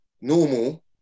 normal